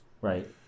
right